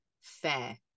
fair